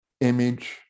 image